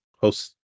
host